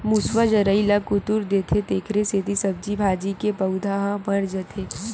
मूसवा जरई ल कुतर देथे तेखरे सेती सब्जी भाजी के पउधा ह मर जाथे